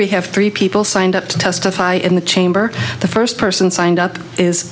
we have three people signed up to testify in the chamber the first person signed up is